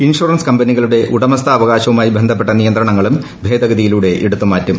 insurance കമ്പനികളുടെ ഉടമസ്ഥാവകാശവുമായി ബന്ധപ്പെട്ട നിയന്ത്രണങ്ങളും ഭേദഗതിയിലൂടെ എടുത്തുമാറ്റും